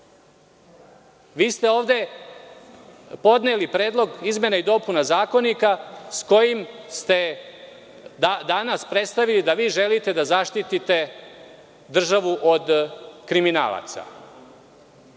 Vi ste ovde podneli Predlog izmena i dopuna Zakonika s kojim ste danas predstavili da želite da zaštitite državu od kriminalaca. Da